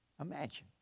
Imagine